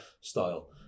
style